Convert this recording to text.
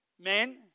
Men